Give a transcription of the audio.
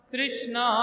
Krishna